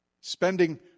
Spending